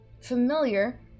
familiar